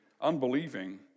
unbelieving